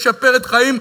משפרת חיים,